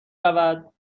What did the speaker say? رود